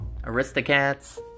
Aristocats